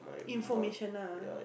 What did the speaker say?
information nah